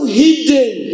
hidden